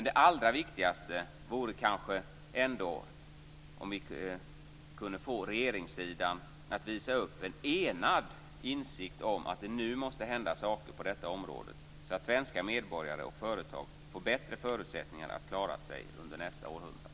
Det allra viktigaste vore kanske ändå om vi kunde få regeringssidan att visa upp en enad insikt om att det nu måste hända saker på detta område, så att svenska medborgare och företag får bättre förutsättningar att klara sig under nästa århundrade.